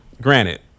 Granted